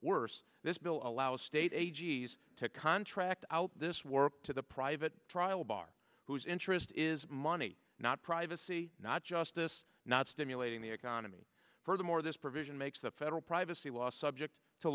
worse this bill allows state a g s to contract out this work to the private trial bar whose interest is money not privacy not justice not stimulating the economy furthermore this provision makes the federal privacy law subject to